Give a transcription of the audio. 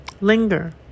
Linger